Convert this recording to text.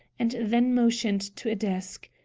and then motioned to a desk.